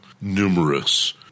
numerous